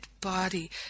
body